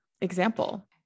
example